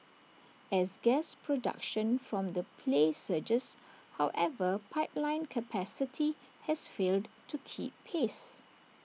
as gas production from the play surges however pipeline capacity has failed to keep pace